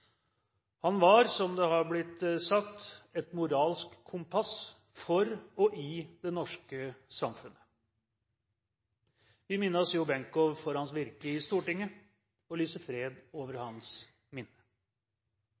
Han var – som det har blitt sagt – et «moralsk kompass for og i det norske samfunnet». Vi minnes Jo Benkow for hans virke i Stortinget og lyser fred over hans minne.